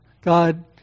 God